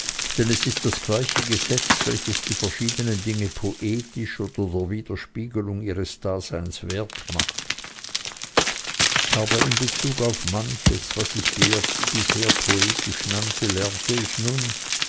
denn es ist das gleiche gesetz welches die verschiedenen dinge poetisch oder der widerspiegelung ihres daseins wert macht aber in bezug auf manches was ich bisher poetisch nannte lernte ich nun